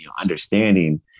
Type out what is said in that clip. understanding